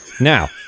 Now